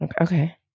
Okay